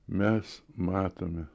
mes matom